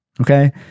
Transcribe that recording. Okay